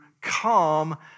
come